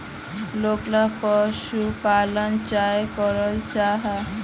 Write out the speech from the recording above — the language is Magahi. लोकला पशुपालन चाँ करो जाहा?